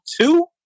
two